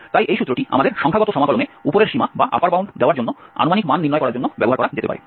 তাই এই সূত্রটি আমাদের সংখ্যাগত সমাকলনে উপরের সীমা দেওয়ার জন্য আনুমানিক মান নির্ণয় করার জন্য ব্যবহার করা যেতে পারে